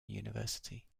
university